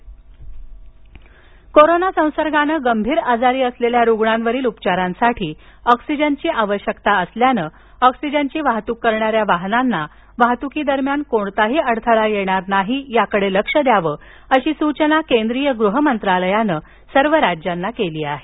राज्यांना oxygen corona संसर्गानं गंभीर आजारी असलेल्या रुग्णांवरील उपचारांसाठी ऑक्सिजनची आवश्यकता असल्यानं ऑक्सिजनची वाहतूक करणाऱ्या वाहनांना वाहतुकीदरम्यान कोणताही अडथळा येणार नाही याकडं लक्ष द्यावं अशी सूचना केंद्रीय गृह मंत्रालयानं सर्व राज्यांना केली आहे